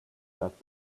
that